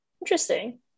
Interesting